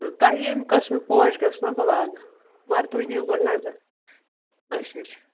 تۄہہِ ییٚمہِ قٕسمٕکۍ پوش گَژھنو بہٕ لاگہٕ مگر تُہۍ دِیِو گۄڈٕ نظر اچھا اچھا